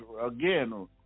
again